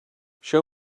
show